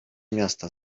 miasta